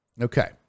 Okay